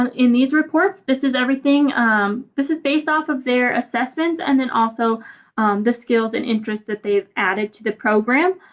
um in these reports this is everything this is based off of their assessment and and also the skills and interest that they've added to the program.